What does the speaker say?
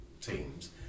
teams